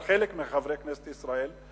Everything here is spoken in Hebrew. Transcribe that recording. על חלק מחברי כנסת ישראל,